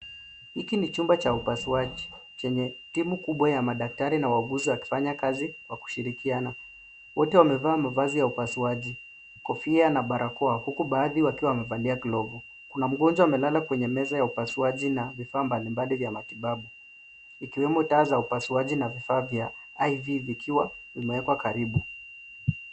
Hiki ni chumba cha upasuaji chenye timu kubwa ya madaktari na wauguzi wakifanya kazi kwa kushirikiana. Wote wamevaa mavazi ya upasuaji, kofia na barakoa, huku baadhi wakiwa wamevalia glovu. Kuna mgonjwa amelala kwenye meza ya upasuaji na vifaa mbalimbali vya matibabu, ikiwemo taa za upasuaji na vifaa vya IV vikiwa vimewekwa karibu.